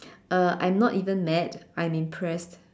uh I'm not even mad I'm impressed